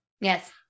Yes